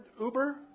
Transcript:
Uber